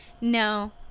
No